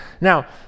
Now